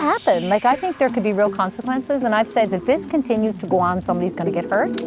happen. like i think there could be real consequences, and i've said if this continues to go on, somebody's going to get hurt.